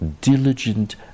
diligent